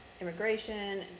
immigration